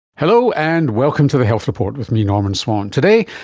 hello, and welcome to the health report with me, norman swan. today,